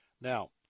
Now